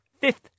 fifth